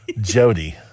Jody